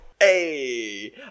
Hey